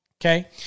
okay